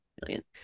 Brilliant